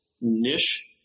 niche